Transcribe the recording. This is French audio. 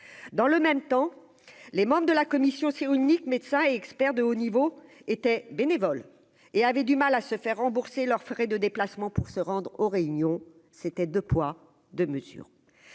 dans le même temps, les membres de la commission Cyrulnik, médecin expert de haut niveau était bénévole et avait du mal à se faire rembourser leurs frais de déplacement pour se rendre aux réunions, c'était 2 poids 2 mesures,